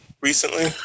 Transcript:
recently